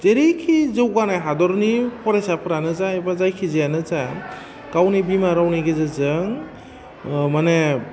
जेरैखि जौगानाय हादरनि फरायसाफ्रानो जा एबा जायखिजायानो जा गावनि बिमा रावनि गेजेरजों मानि